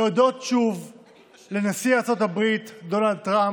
להודות שוב לנשיא ארצות הברית דונלד טראמפ,